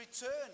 return